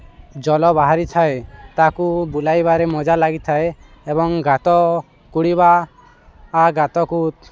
ଜଲ ବାହାରିଥାଏ ତାକୁ ବୁଲାଇବାରେ ମଜା ଲାଗିଥାଏ ଏବଂ ଗାତ କୁଡ଼ିବା ଗାତକୁ